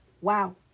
Wow